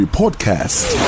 podcast